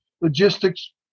logistics